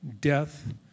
death